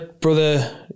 brother